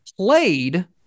played